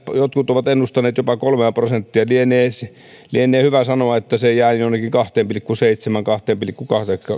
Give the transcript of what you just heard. ovat ennustaneet jopa kolmea prosenttia lienee hyvä sanoa että bktn kasvu jää jonnekin kaksi pilkku seitsemän viiva kahteen pilkku